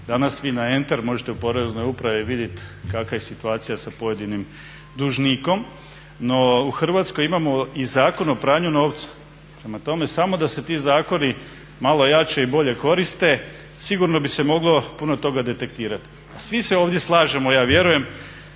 Danas vi na enter možete u Poreznoj upravi vidjet kakva je situacija sa pojedinim dužnikom, no u Hrvatskoj imamo i Zakon o pranju novce. Prema tome samo da se ti zakoni malo jače i bolje koriste sigurno bi se moglo puno toga detektirati. A svi se ovdje slažemo ja vjerujem